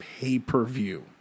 pay-per-view